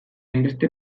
hainbeste